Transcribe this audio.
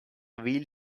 wheel